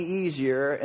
easier